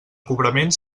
cobrament